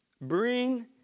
Bring